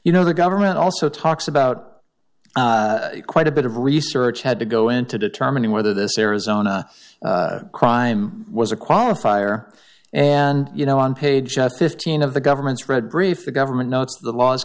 you know the government also talks about quite a bit of research had to go into determining whether this arizona crime was a qualifier and you know on page fifteen of the government's read brief the government no it's the law